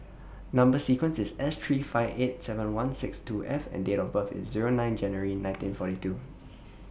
Number sequence IS S three five eight seven one six two F and Date of birth IS Zero nine January nineteen forty two